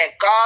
god